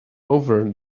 over